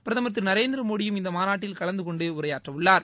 பிரதமர் திரு நரேந்திர மோடியும் இந்த மாநாட்டில் கலந்து கொண்டு உரையாற்ற உள்ளார்